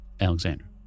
Alexander